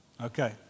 Okay